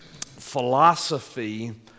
philosophy